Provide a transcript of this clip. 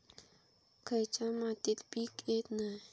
खयच्या मातीत पीक येत नाय?